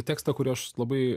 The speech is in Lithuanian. tekstą kurį aš labai